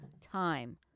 time